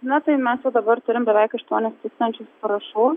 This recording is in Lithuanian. na tai mes jau dabar turim beveik aštuonis tūkstančius parašų